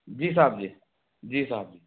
जी साहब जी जी साहब